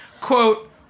quote